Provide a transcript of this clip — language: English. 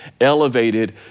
elevated